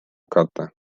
katta